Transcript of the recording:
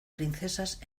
princesas